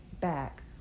back